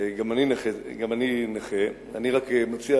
גם אני נכה, אני רק מציע,